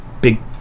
big